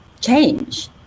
change